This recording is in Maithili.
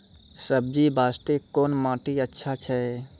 सब्जी बास्ते कोन माटी अचछा छै?